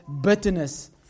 bitterness